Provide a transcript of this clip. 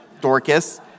Dorcas